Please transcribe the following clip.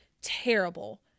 terrible